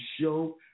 show